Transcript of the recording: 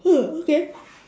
ah okay